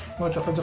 much of